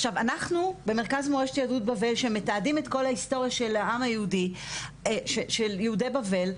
אנחנו במכרז יהדות בבל שמתעדים את כל ההיסטוריה של יהודי בבל,